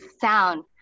sound